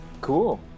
Cool